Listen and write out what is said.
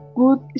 good